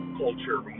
culture